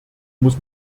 muss